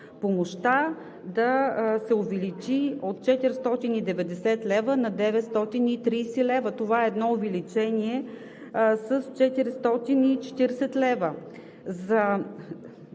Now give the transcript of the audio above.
помощта да се увеличи от 490 лв. на 930 лв. – това е едно увеличение с 440 лв.